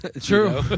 True